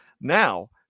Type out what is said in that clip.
Now